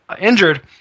injured